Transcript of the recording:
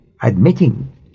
admitting